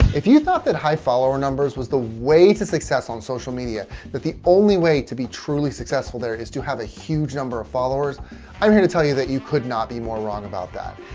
if you thought that high follower numbers was the way to success on social media that the only way to be truly successful there is to have a huge number of followers i'm here to tell you that you could not be more wrong about that.